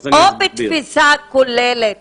בו בתפיסה כוללת